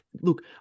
look